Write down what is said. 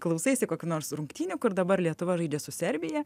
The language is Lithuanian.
klausaisi kokių nors rungtynių kur dabar lietuva žaidžia su serbija